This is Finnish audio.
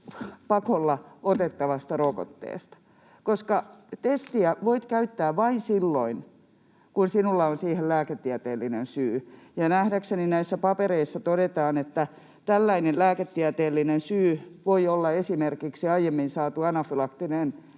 pakolla otettavasta rokotteesta, koska testiä voit käyttää vain silloin, kun sinulla on siihen lääketieteellinen syy, ja nähdäkseni näissä papereissa todetaan, että tällainen lääketieteellinen syy voi olla esimerkiksi aiemmin saatu anafylaktinen